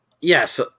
Yes